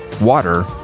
water